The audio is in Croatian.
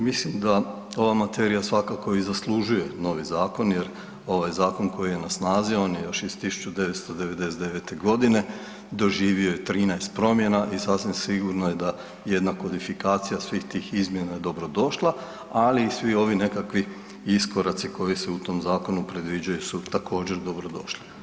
Mislim da ova materija svakako i zaslužuje novi zakon jer ovaj zakon koji je na snazi on je još iz 1990. godine, doživio je 13 promjena i sasvim sigurno je da jedna kodifikacija svih tih izmjena je dobro došla, ali i svi ovi nekakvi iskoraci koji se u tom zakonu predviđaju su također dobro došli.